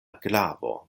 glavo